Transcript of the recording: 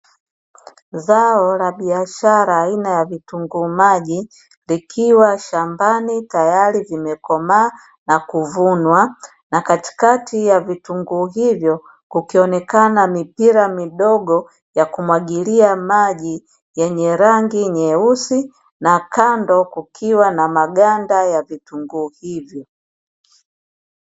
Zao la biashara aina ya vitunguu maji likiwa shambani, tayari vimekomaa na kuvunwa na katikati ya vitunguu hivyo kukionekana mipira midogo ya kumwagilia maji, yenye rangi nyeusi na kando kukiwa na maganda ya vitunguu hivyo.